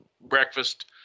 breakfast